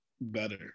better